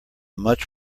much